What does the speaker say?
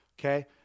okay